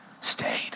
stayed